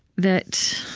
that